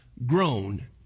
Grown